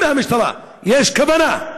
אם למשטרה יש כוונה,